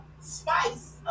Spice